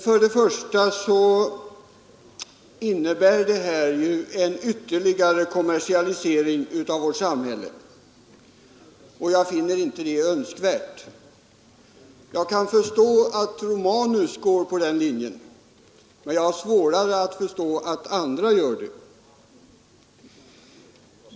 Mitt första motiv är att detta innebär en ytterligare kommersialisering av vårt samhälle, och jag finner inte det önskvärt. Jag kan förstå att herr Romanus går på den linjen, men jag har svårare att förstå att andra gör det.